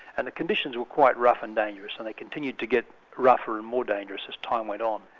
and the conditions were quite rough and dangerous and they continued to get rougher and more dangerous as time went on.